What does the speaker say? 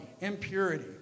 impurity